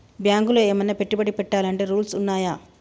బ్యాంకులో ఏమన్నా పెట్టుబడి పెట్టాలంటే రూల్స్ ఉన్నయా?